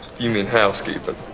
you mean housekeeper